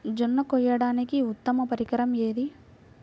జొన్న కోయడానికి ఉత్తమ పరికరం ఏది?